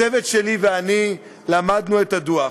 הצוות שלי ואני למדנו את הדוח.